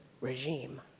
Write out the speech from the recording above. regime